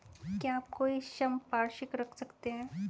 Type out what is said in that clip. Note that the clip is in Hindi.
क्या आप कोई संपार्श्विक रख सकते हैं?